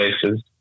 places